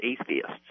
atheists